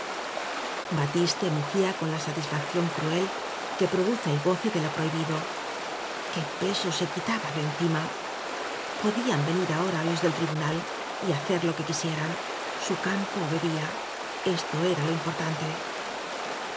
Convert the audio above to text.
batiste mugía con la satisfacción cruel que produce el goce de lo prohibido qué peso se quitaba de encima podían venir ahora los del tribunal y hacer lo que quisieran su campo bebía esto era lo importante